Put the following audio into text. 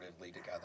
together